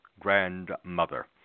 grandmother